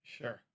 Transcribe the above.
sure